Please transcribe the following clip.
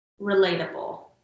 Relatable